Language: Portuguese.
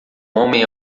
homem